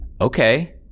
Okay